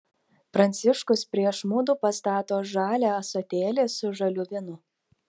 pranciškus prieš mudu pastato žalią ąsotėlį su žaliu vynu